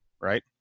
right